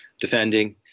defending